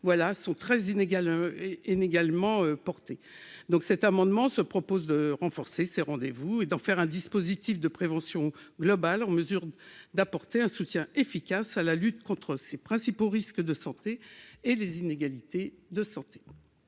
sont très inégal et également porté donc cet amendement se propose de renforcer ses rendez-vous et d'en faire un dispositif de prévention globale en mesure d'apporter un soutien efficace à la lutte contre ses principaux risques de santé et les inégalités de santé.